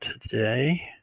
today